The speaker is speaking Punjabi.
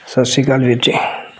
ਸਤਿ ਸ਼੍ਰੀ ਅਕਾਲ ਵੀਰ ਜੀ